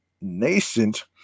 nascent